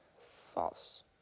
False